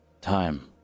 Time